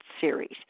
series